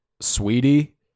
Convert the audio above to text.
Sweetie